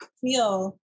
feel